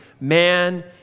man